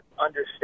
understand